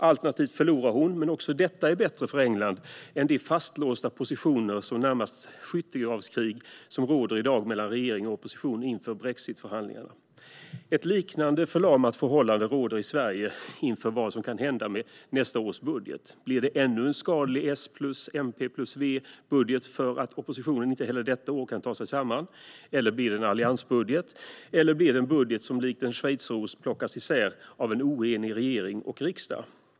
Alternativt förlorar hon, men också detta är bättre för England än de fastlåsta positioner med närmast skyttegravskrig som i dag råder mellan regering och opposition inför brexitförhandlingarna. Ett liknande förlamat förhållande råder i Sverige inför vad som kan hända med nästa års budget. Blir det ännu en skadlig budget från S, MP och V för att oppositionen inte heller detta år kan ta sig samman? Eller blir det en alliansbudget? Eller blir det en budget som likt en schweizerost plockas isär av en oenig regering och riksdag?